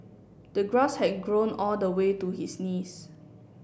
the grass had grown all the way to his knees